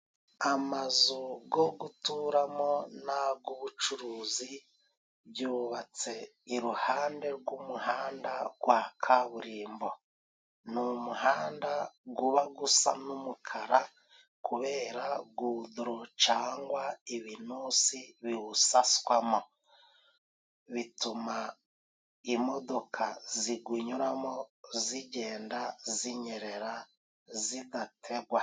Amazu go guturamo n'ubucuruzi byubatse iruhande rw'umuhanda gwa kaburimbo n'umuhanda uba gusa n'umukara kubera guduro ,cangwa ibinosi biwusaswamo, bituma imodoka ziguyuramo zigenda zinyerera zidategwa.